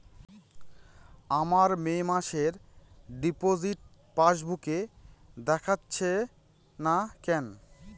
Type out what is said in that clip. আমার মে মাসের ডিপোজিট পাসবুকে দেখাচ্ছে না কেন?